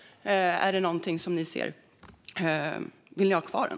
Vill regeringen ha kvar den?